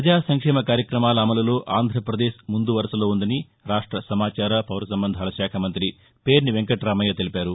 ప్రజా సంక్షేమ కార్యక్రమాల అమలులో ఆంధ్రపదేశ్ ముందు వరుసలో ఉందని రాష్ట న్న సమాచార పౌర సంబంధాల శాఖ మంతి పేర్ని వెంకట్రామయ్య తెలిపారు